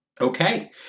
Okay